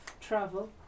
travel